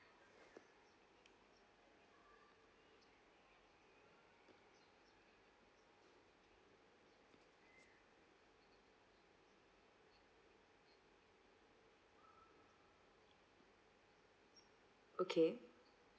okay